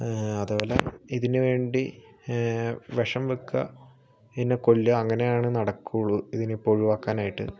അതേപോലെ ഇതിനു വേണ്ടി വിഷം വെക്കുക ഇതിനെ കൊല്ലുക അങ്ങനെയാണ് നടക്കുള്ളൂ അതിനിപ്പോൾ ഒഴിവാക്കാനായിട്ട്